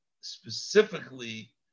specifically